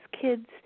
kids